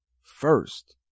first